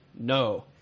No